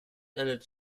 erlitt